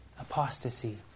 Apostasy